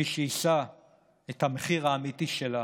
מי שיישא במחיר האמיתי שלה